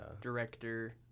director